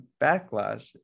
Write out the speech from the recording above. backlash